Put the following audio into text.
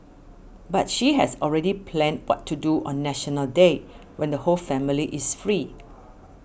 but she has already planned what to do on National Day when the whole family is free